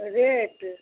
rate